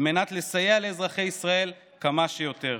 על מנת לסייע לאזרחי ישראל כמה שיותר.